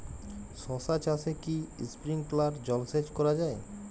শশা চাষে কি স্প্রিঙ্কলার জলসেচ করা যায়?